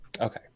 okay